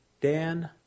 Dan